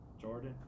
jordan